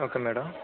okay madam